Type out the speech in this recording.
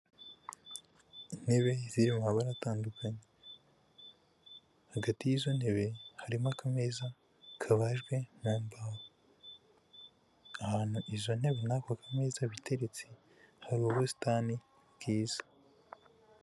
Intebe ziri mu mabara atandukanye, hagati yizo ntebe harimo akameza kabajwe mu mbaho. Ahantu izo ntebe nako k'ameza biteretse hari ubusitani bwiza.